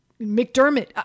McDermott